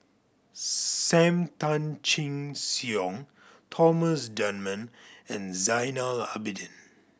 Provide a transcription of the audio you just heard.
Sam Tan Chin Siong Thomas Dunman and Zainal Abidin